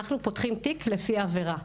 אנחנו פותחים תיק לפי עבירה.